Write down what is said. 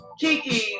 Kiki